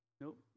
Nope